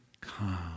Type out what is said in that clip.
calm